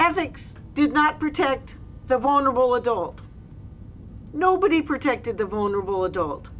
ethics did not protect the vulnerable adult nobody protected the rule